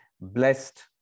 blessed